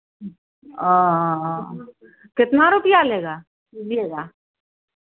ओ कितना रुपैया लेगा लीजिएगा